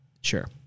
Sure